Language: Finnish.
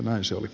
näin se oli